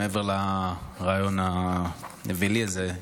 מעבר לרעיון האווילי הזה,